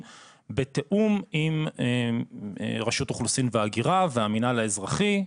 בתיאום עם רשות אוכלוסין והגירה והמינהל האזרחי.